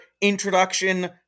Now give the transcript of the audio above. introduction